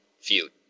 feud